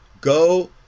go